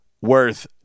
worth